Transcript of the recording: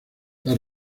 las